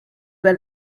were